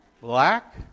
Black